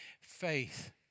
faith